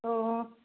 ꯑꯣ